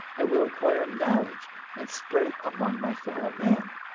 i will acquire knowledge and spread it among my fellow men.